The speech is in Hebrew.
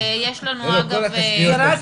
רשות